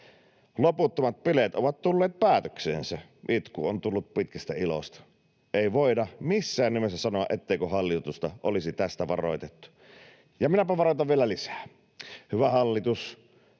Loputtomat bileet ovat tulleet päätökseensä. Itku on tullut pitkästä ilosta. Ei voida missään nimessä sanoa, etteikö hallitusta olisi tästä varoitettu. Minäpä varoitan vielä lisää: Hyvä hallitus,